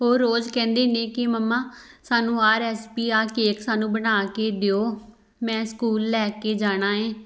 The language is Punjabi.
ਉਹ ਰੋਜ਼ ਕਹਿੰਦੇ ਨੇ ਕਿ ਮੰਮਾ ਸਾਨੂੰ ਆਹ ਰਐਸਪੀ ਆਹ ਕੇਕ ਸਾਨੂੰ ਬਣਾ ਕੇ ਦਿਓ ਮੈਂ ਸਕੂਲ ਲੈ ਕੇ ਜਾਣਾ ਹੈ